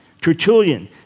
Tertullian